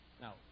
Now